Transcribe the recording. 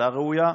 הצעה ראויה,